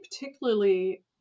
particularly